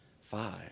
five